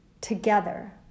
Together